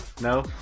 No